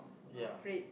ya